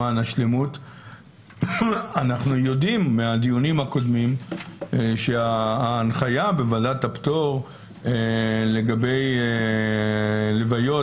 אנחנו יודעים מהדיונים הקודמים שההנחיה בוועדת הפטור לגבי לוויות,